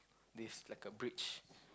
this like a bridge